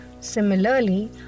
similarly